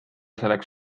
selleks